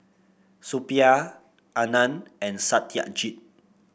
Suppiah Anand and Satyajit